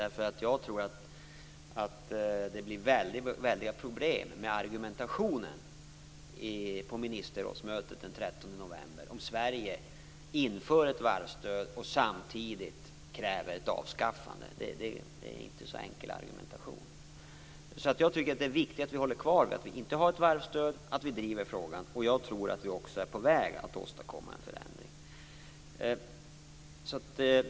Jag tror att det blir väldiga problem med argumentationen på ministerrådsmötet den 13 november om Sverige inför ett varvsstöd och samtidigt kräver ett avskaffande. Det är inte en så enkel argumentation. Jag tycker att det är viktigt att vi håller fast vid att vi inte har ett varvsstöd och att vi driver frågan. Jag tror att vi också är på väg att åstadkomma en förändring.